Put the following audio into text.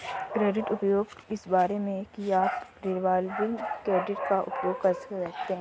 credit उपयोग इस बारे में है कि आप रिवॉल्विंग क्रेडिट का उपयोग कैसे कर रहे हैं